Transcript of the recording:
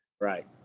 right